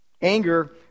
Anger